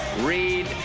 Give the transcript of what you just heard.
Read